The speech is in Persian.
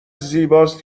زیباست